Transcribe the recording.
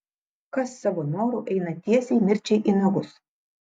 kas savo noru eina tiesiai mirčiai į nagus